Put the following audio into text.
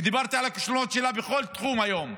ודיברתי על הכישלונות שלה בכל תחום היום: